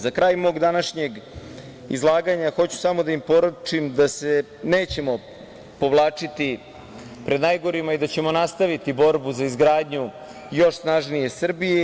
Za kraj mog današnjeg izlaganja hoću samo da im poručim da se nećemo povlačiti pred najgorima i da ćemo nastaviti borbu za izgradnju još snažnije Srbije.